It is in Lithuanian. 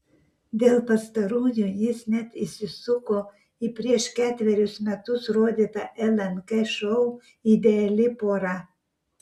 dėl pastarųjų jis net įsisuko į prieš ketverius metus rodytą lnk šou ideali pora